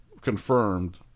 confirmed